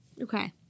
Okay